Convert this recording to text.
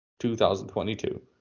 2022